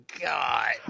God